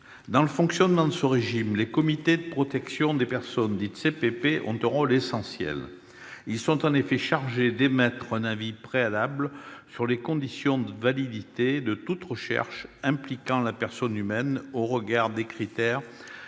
Dans le fonctionnement de ce régime, les comités de protection des personnes, dits CPP, ont un rôle essentiel. Ils sont en effet chargés d'émettre un avis préalable sur les conditions de validité de toute recherche impliquant la personne humaine au regard des critères